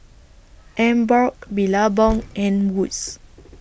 Emborg Billabong and Wood's